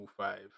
five